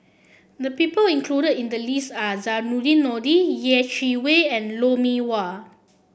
the people included in the list are Zainudin Nordin Yeh Chi Wei and Lou Mee Wah